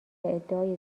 ادعای